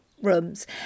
rooms